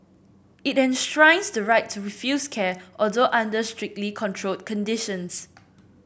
it enshrines the right to refuse care although under strictly controlled conditions